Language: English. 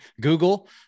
Google